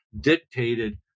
dictated